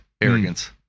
arrogance